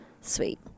Sweet